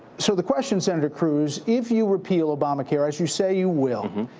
so the question, senator cruz, if you repeal obamacare, as you say you will,